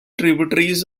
tributaries